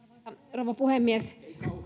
rouva puhemies